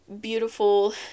beautiful